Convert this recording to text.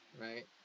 right